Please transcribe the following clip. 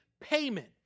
payment